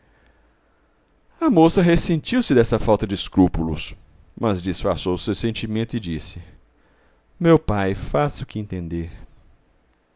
a moça ressentiu se dessa falta de escrúpulos mas disfarçou o seu sentimento e disse meu pai faça o que entender